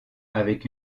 avec